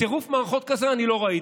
טירוף מערכות כזה אני לא ראיתי.